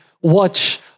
watch